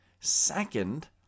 Second